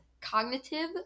cognitive